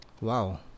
Wow